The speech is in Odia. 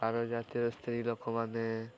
ଆମ ଜାତିର ସ୍ତ୍ରୀ ଲୋକମାନେ